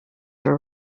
were